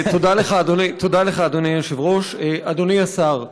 תודה לך, אדוני היושב-ראש, אדוני השר,